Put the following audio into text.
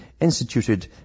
instituted